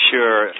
Sure